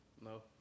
No